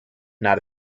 not